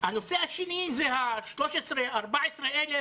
הנושא השני זה ה-13,000 14,000